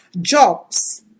jobs